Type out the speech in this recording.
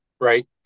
right